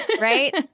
Right